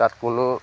তাত কোনো